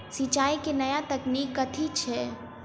सिंचाई केँ नया तकनीक कथी छै?